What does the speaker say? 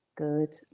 Good